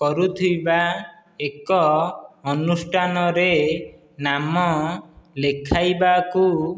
କରୁଥିବା ଏକ ଅନୁଷ୍ଠାନରେ ନାମ ଲେଖାଇବାକୁ